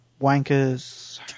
Wankers